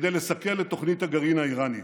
כדי לסכל את תוכנית הגרעין האיראנית.